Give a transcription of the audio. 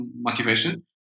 motivation